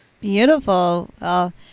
Beautiful